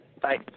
Bye